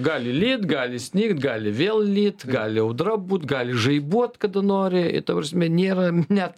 gali lyt gali snigt gali vėl lyt gali audra būt gali žaibuot kada nori ta prasme nėra net